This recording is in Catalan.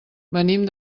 venim